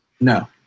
No